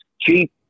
cheap